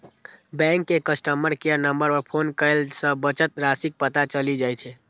bank के customer care number पर phone कयला सं बचत राशिक पता चलि जाइ छै